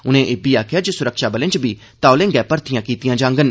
उनें इब्बी आखेआ जे सुरक्षाबलें च बी तौले गै भर्थियां कीतीआं जाड़न